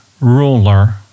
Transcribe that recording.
ruler